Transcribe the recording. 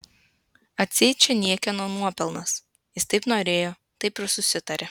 atseit čia niekieno nuopelnas jis taip norėjo taip ir susitarė